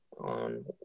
on